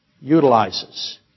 utilizes